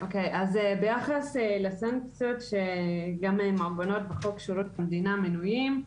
אז ביחס לסנקציות שגם מעוגנות בחוק שירות המדינה מנויים,